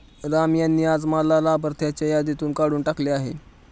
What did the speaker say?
राम यांनी आज मला लाभार्थ्यांच्या यादीतून काढून टाकले आहे